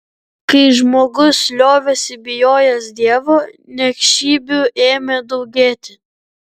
kai žmogus liovėsi bijojęs dievo niekšybių ėmė daugėti